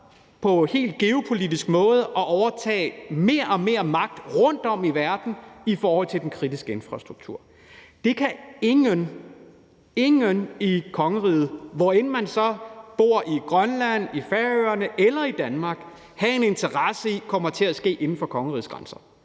på helt geopolitisk måde at overtage mere og mere magt rundtom i verden i forhold til den kritiske infrastruktur. Det kan ingen – ingen– i kongeriget, hvor end man så bor, Grønland, Færøerne eller Danmark, have en interesse i kommer til at ske inden for kongerigets grænser.